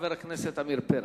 חבר הכנסת עמיר פרץ.